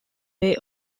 bay